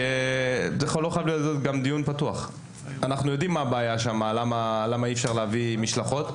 אנחנו יודעים מה הבעיה שם ולמה אי אפשר להביא משלחות.